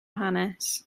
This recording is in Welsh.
hanes